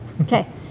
Okay